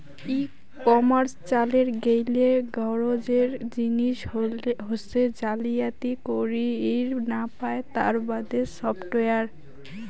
ই commerce চালের গেইলে গরোজের জিনিস হসে জালিয়াতি করির না পায় তার বাদে সফটওয়্যার